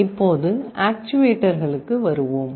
இப்போது ஆக்சுவேட்டர்களுக்கு வருவோம்